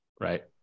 right